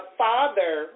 father